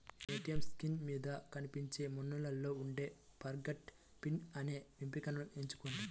ATM screen మీద కనిపించే మెనూలో ఉండే ఫర్గాట్ పిన్ అనే ఎంపికను ఎంచుకోండి